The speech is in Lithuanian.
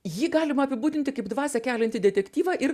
jį galima apibūdinti kaip dvasią keliantį detektyvą ir